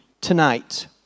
tonight